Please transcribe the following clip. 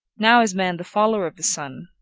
now is man the follower of the sun,